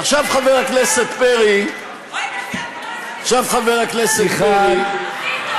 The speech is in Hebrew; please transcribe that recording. עכשיו, חבר הכנסת פרי, חברת הכנסת מיכל רוזין.